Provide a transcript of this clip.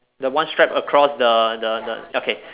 the one strap across the the the okay